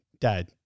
dad